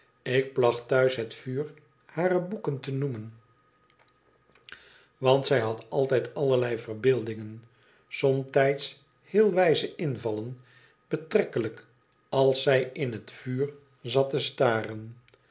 ik placht thuis het vuur hare boeken te noemen want zij had altijd allerlei verbeeldingen somtijds heel wijze invallen betrekkelijk als zij in het vuur zat staren